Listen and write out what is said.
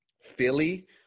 Philly